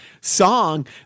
song